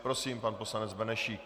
Prosím, pan poslanec Benešík.